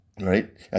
right